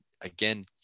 again